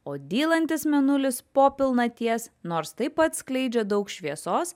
o dylantis mėnulis po pilnaties nors taip pat skleidžia daug šviesos